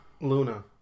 Luna